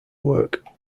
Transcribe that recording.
work